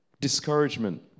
discouragement